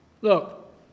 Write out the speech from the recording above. Look